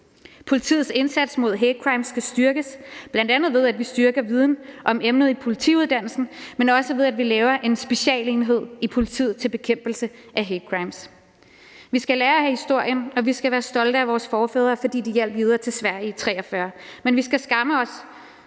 Politiets indsats mod hate crimes skal styrkes, bl.a. ved at vi styrker viden om emnet i politiuddannelsen, men også ved at vi laver en specialenhed i politiet til bekæmpelse af hate crimes. Vi skal lære af historien, og vi skal være stolte af vores forfædre, fordi de hjalp jøder til Sverige i 1943. Men vi skal skamme os